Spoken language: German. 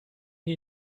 die